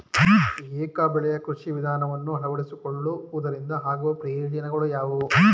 ಏಕ ಬೆಳೆಯ ಕೃಷಿ ವಿಧಾನವನ್ನು ಅಳವಡಿಸಿಕೊಳ್ಳುವುದರಿಂದ ಆಗುವ ಪ್ರಯೋಜನಗಳು ಯಾವುವು?